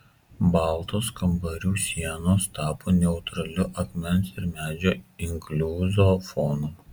baltos kambarių sienos tapo neutraliu akmens ir medžio inkliuzų fonu